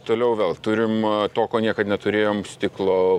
toliau vėl turim to ko niekad neturėjom stiklo